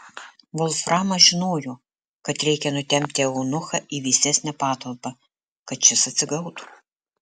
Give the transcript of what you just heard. volframas žinojo kad reikia nutempti eunuchą į vėsesnę patalpą kad šis atsigautų